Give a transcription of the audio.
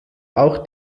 auch